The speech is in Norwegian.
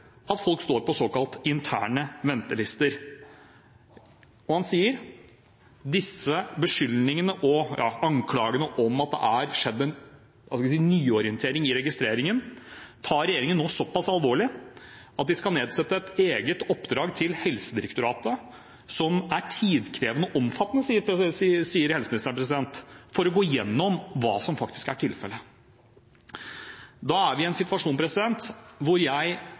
at folk står på såkalte interne ventelister, og at disse beskyldningene og anklagene om at det er skjedd en nyorientering i registreringen, tar regjeringen nå såpass alvorlig at de skal gi et eget oppdrag til Helsedirektoratet – som er tidkrevende og omfattende, sier helseministeren – for å gå gjennom hva som faktisk er tilfellet. Da er vi i en situasjon hvor jeg